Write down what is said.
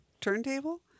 turntable